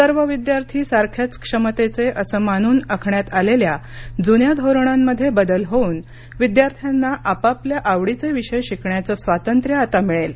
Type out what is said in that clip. सर्व विद्यार्थी सारख्याच क्षमतेचे असं मानून आखण्यात आलेल्या जुन्या धोरणांमध्ये बदल होऊन विद्यार्थ्यांना आपापल्या आवडीचे विषय शिकण्याचं स्वातंत्र्य आता मिळेल